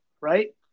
right